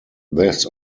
this